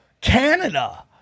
canada